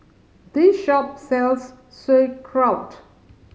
this shop sells Sauerkraut